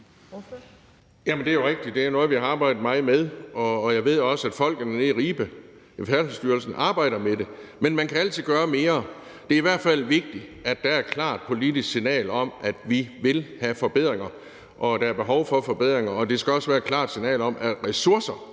det er jo rigtigt, at det er noget, vi har arbejdet meget med. Jeg ved også, at folkene nede i Ribe i Færdselsstyrelsen arbejder med det. Men man kan altid gøre mere. Det er i hvert fald vigtigt, at der er et klart politisk signal om, at vi vil have forbedringer, og at der er behov for forbedringer. Det skal også være et klart signal om, at det,